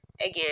again